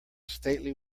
stately